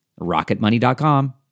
RocketMoney.com